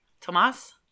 Tomas